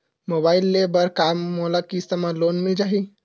Mobile ले बर का मोला किस्त मा लोन मिल जाही?